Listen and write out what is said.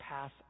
pass